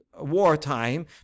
wartime